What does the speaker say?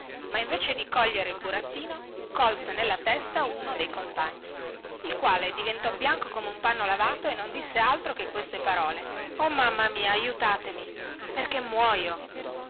ma invece di cogliere il burattino colse nella testa uno dei compagni il quale diventò bianco come un panno lavato e non disse altro che queste parole o mamma mia aiutatemi perché muoio